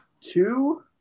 Two